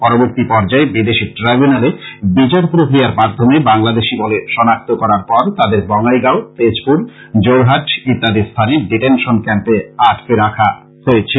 পরবর্তি পর্যায়ে বিদেশী ট্রাইব্যুনেলে বিচার প্রক্রিয়ার মাধ্যমে বাংলাদেশী বলে শনাক্ত করার পর তাদের বঙ্গাইগাও তেজপুর যোরহাট ইত্যাদি স্থানের ডিটেনসন ক্যম্পে আটক করে রাখা হয়েছিল